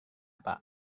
pak